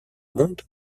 monde